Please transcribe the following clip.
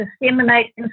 disseminate